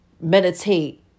meditate